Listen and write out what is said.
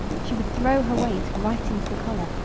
she would throw her weight right into the collar,